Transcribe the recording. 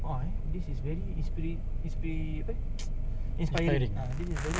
that's why bagi aku kita kalau buat kita mesti jalan ya kau dah keluarkan sunglass